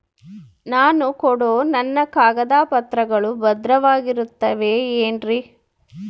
ನಾನು ಕೊಡೋ ನನ್ನ ಕಾಗದ ಪತ್ರಗಳು ಭದ್ರವಾಗಿರುತ್ತವೆ ಏನ್ರಿ?